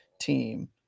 team